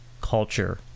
culture